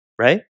right